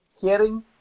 hearing